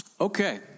Okay